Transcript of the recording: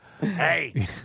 hey